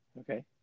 Okay